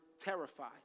terrified